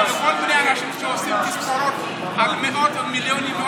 לכל מיני אנשים שעושים תספורות על מאות מיליונים.